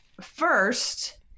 First